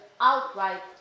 outright